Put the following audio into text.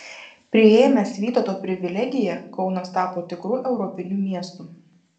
priėmęs vytauto privilegiją kaunas tapo tikru europiniu miestu